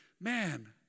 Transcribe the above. man